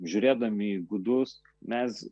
žiūrėdami į gudus mes